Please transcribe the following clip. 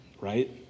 right